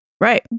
Right